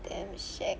damn shag